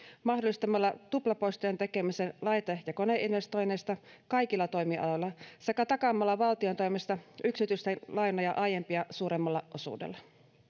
mahdollistamalla tuplapoistojen tekeminen laite ja koneinvestoinneista kaikilla toimialoilla sekä takaamalla valtion toimesta yksityisten lainoja aiempia suuremmalla osuudella